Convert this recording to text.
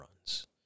runs